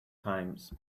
times